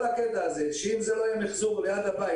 כל הקטע הזה שאם זה לא יהיה מיחזור ליד הבית,